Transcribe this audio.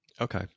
Okay